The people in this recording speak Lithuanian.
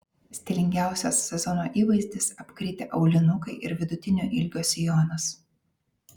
stilingiausias sezono įvaizdis apkritę aulinukai ir vidutinio ilgio sijonas